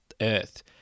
Earth